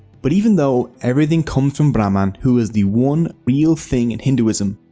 but even though everything comes from brahman who is the one real thing in hinduism,